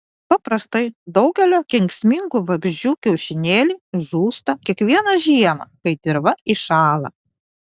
paprastai daugelio kenksmingų vabzdžių kiaušinėliai žūsta kiekvieną žiemą kai dirva įšąla